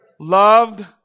Loved